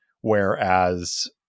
whereas